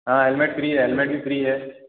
हाँ helmet free है helmet भी फ़्री है